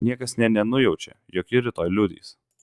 niekas nė nenujaučia jog ji rytoj liudys